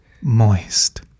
moist